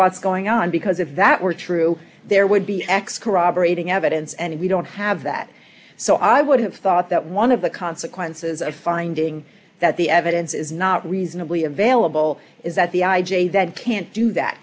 what's going on because if that were true there would be x corroborating evidence and we don't have that so i would have thought that one of the consequences of a finding that the evidence is not reasonably available is that the i j a that can't do that